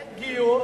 אין גיור,